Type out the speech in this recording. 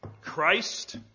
Christ